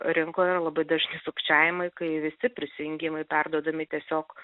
rinkoje yra labai dažni sukčiavimai kai visi prisijungimai perduodami tiesiog